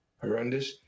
horrendous